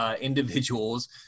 individuals